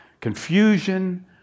confusion